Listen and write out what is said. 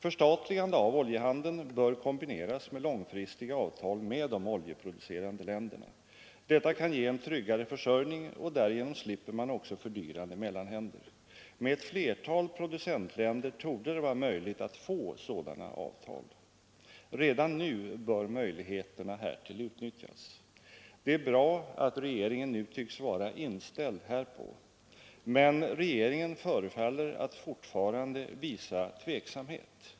Förstatligande av oljehandeln bör kombineras med långfristiga avtal med de oljeproducerande länderna. Detta kan ge en tryggare försörjning, och därigenom slipper man också fördyrande mellanhänder. Med ett flertal producentländer torde det vara möjligt att få sådana avtal. Redan nu bör möjligheterna härtill utnyttjas. Det är bra att regeringen nu tycks vara inställd härpå. Men regeringen förefaller att fortfarande visa tveksamhet.